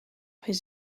his